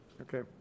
Okay